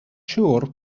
siŵr